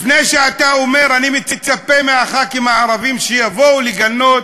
לפני שאתה אומר: אני מצפה מחברי הכנסת הערבים שיבואו לגנות,